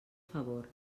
favor